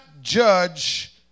judge